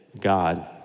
God